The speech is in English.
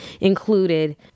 included